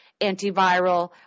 antiviral